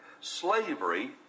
Slavery